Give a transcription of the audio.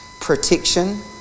protection